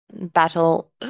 battle